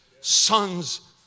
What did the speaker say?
sons